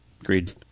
Agreed